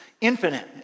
infinite